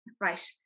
Right